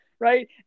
right